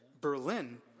Berlin